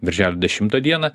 birželio dešimtą dieną